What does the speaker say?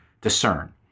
discern